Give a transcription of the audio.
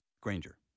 Granger